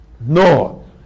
No